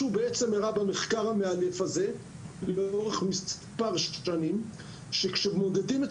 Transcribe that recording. הראה במחקר המאלף הזה לאורך מספר שנים זה שכשמודדים את